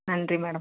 நன்றி மேடம்